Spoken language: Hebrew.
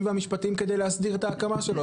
והמשפטיים כדי להסדיר את ההקמה שלו.